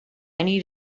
need